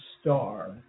star